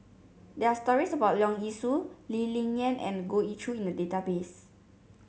there are stories about Leong Yee Soo Lee Ling Yen and Goh Ee Choo in the database